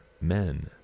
men